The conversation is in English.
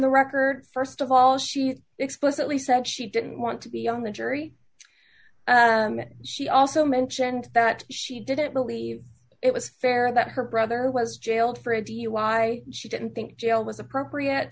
the record st of all she explicitly said she didn't want to be on the jury she also mentioned that she didn't believe it was fair that her brother was jailed for a dui she didn't think jail was appropriate